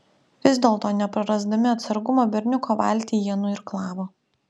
vis dėlto neprarasdami atsargumo berniuko valtį jie nuirklavo